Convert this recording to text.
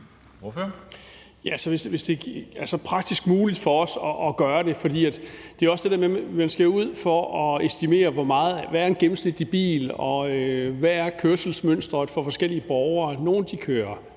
hvis det er praktisk muligt for os at gøre det. For det er også det med, at man skal ud for at estimere, hvad en gennemsnitlig bil er, og hvad kørselsmønstret er for forskellige borgere. Nogle kører